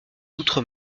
d’outre